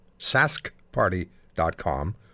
saskparty.com